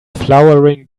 flowering